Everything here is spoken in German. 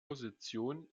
position